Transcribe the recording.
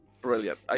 brilliant